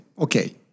okay